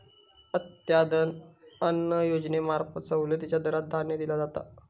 अंत्योदय अन्न योजनेंमार्फत सवलतीच्या दरात धान्य दिला जाता